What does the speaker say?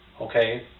okay